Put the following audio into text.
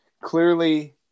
clearly